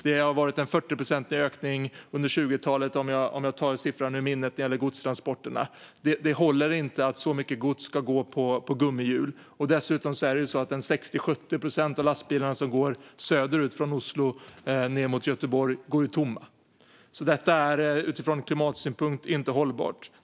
Det har varit en 40-procentig ökning under 2020-talet när det gäller godstransporterna. Det håller inte att så mycket gods ska gå på gummihjul. Dessutom går 60-70 procent av lastbilarna söderut från Oslo ned mot Göteborg tomma. Detta är från klimatsynpunkt inte hållbart.